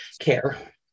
care